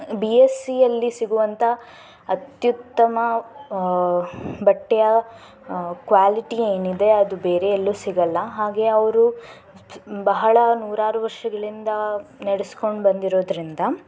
B S ಸಿಯಲ್ಲಿ ಸಿಗುವಂಥ ಅತ್ಯುತ್ತಮ ಬಟ್ಟೆಯ ಕ್ವಾಲಿಟಿ ಏನಿದೆ ಅದು ಬೇರೆ ಎಲ್ಲೂ ಸಿಗೋಲ್ಲ ಹಾಗೆ ಅವರು ಬಹಳ ನೂರಾರು ವರ್ಷಗಳಿಂದ ನಡೆಸ್ಕೊಂಡು ಬಂದಿರೋದರಿಂದ